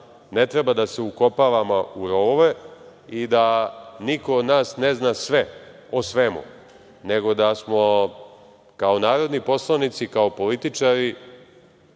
ne treba da se ukopavamo u rovove i da niko od nas ne zna sve o svemu, nego da smo, kao narodni poslanici i kao političari